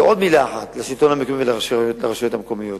ועוד מלה אחת על השלטון המקומי והרשויות המקומיות.